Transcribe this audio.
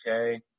okay